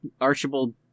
Archibald